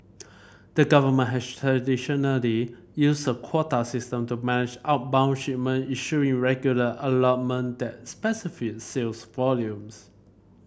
the government has traditionally used a quota system to manage outbound shipment issuing regular allotment that specify sales volumes